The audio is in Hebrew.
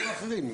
אני